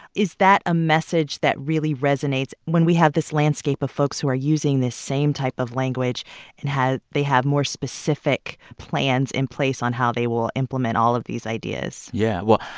is that a message that really resonates, when we have this landscape of folks who are using this same type of language and have they have more specific plans in place on how they will implement all of these ideas? yeah. well,